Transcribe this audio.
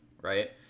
right